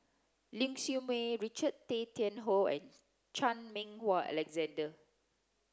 Ling Siew May Richard Tay Tian Hoe and Chan Meng Wah Alexander